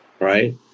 right